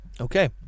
Okay